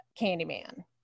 Candyman